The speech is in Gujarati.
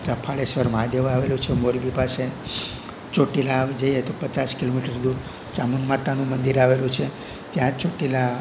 રફાળેશ્વર મહાદેવ આવેલું છે મોરબી પાસે ચોટીલા જઈએ તો પચાસ કિલોમીટર દૂર ચામુંડ માતાનું મંદિર આવેલું છે ત્યાં જ ચોટીલા